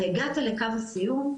הגעת לקו הסיום,